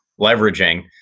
leveraging